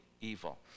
evil